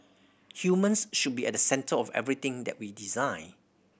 humans should be at the centre of everything that we design